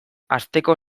asteko